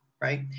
right